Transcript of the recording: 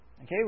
Okay